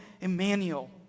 Emmanuel